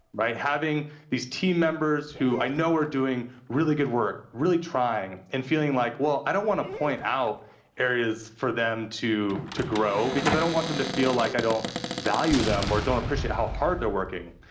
right? having these team members who i know are doing really good work, really trying, and feeling like well, i don't wanna point out areas for them to grow, grow, because i don't want them to feel like i don't value them, or don't appreciate how hard they're working.